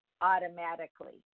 automatically